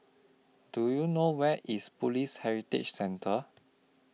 Do YOU know Where IS Police Heritage Centre